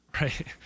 right